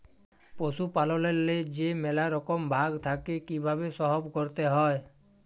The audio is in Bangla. পশুপাললেল্লে যে ম্যালা রকম ভাগ থ্যাকে কিভাবে সহব ক্যরতে হয়